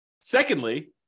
secondly